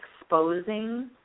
exposing